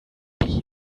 bean